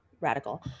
radical